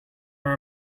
are